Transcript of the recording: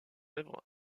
œuvre